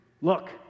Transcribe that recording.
look